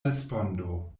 respondo